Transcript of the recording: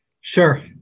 sure